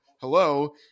hello